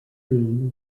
being